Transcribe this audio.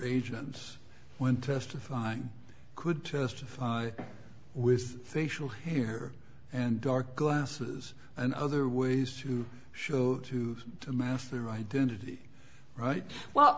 agents when testifying could testify with a show here and dark glasses and other ways to show to mask their identity right well